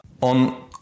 On